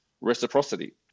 reciprocity